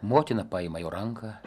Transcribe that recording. motina paima jo ranką